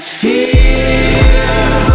feel